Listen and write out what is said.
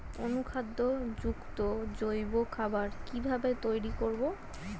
অনুখাদ্য যুক্ত জৈব খাবার কিভাবে তৈরি করব?